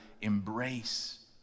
embrace